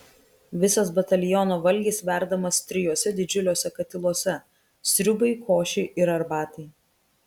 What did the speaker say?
visas bataliono valgis verdamas trijuose didžiuliuose katiluose sriubai košei ir arbatai